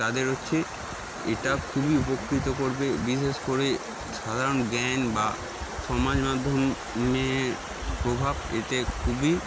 তাদের হচ্ছে এটা খুবই উপকৃত করবে বিশেষ করে সাধারণ জ্ঞান বা সমাজ মাধ্যমের প্রভাব এতে খুবই